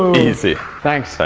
easy! thanks!